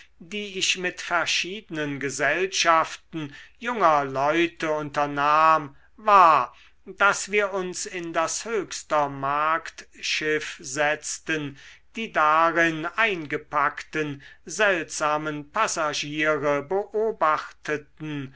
die ich mit verschiedenen gesellschaften junger leute unternahm war daß wir uns in das höchster marktschiff setzten die darin eingepackten seltsamen passagiere beobachteten